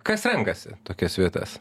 kas renkasi tokias vietas